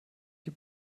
die